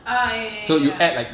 ah ya ya ya ya ya